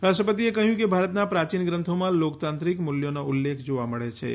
રાષ્ટ્રપતિએ કહ્યુ કે ભારતના પ્રાચીન ગ્રંથોમાં લોકતાંત્રિક મૂલ્યોનો ઉલ્લેખ જોવા મળેછે